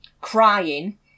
crying